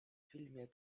filmie